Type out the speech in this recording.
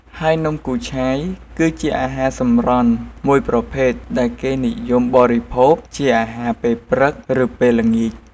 ហើយនំគូឆាយ គឺជាអាហារសម្រន់មួយប្រភេទដែលគេនិយមបរិភោគជាអាហារពេលព្រឹក ឬពេលល្ងាច។